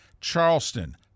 Charleston